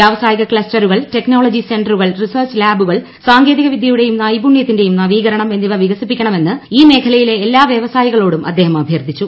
വ്യാവസായിക ക്ലസ്റ്ററുകൾ ടെക്നോളജി സെന്ററുകൾ റിസർച്ച് ലാബുകൾ സാങ്കേതികവി ദ്യയുടെയും നൈപുണ്യത്തിന്റെയും നവീകരണം എന്നിവ വികസിപ്പിക്കണമെന്ന് മേഖലയിലെ ഈ എല്ലാ വ്യവസായികളോടും അദ്ദേഹം അഭ്യൂർത്ഥിച്ചു